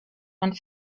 man